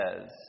says